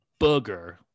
booger